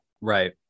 right